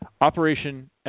Operation